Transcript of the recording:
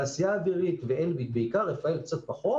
תעשייה אווירית ואלביט בעיקר רפא"ל קצת פחות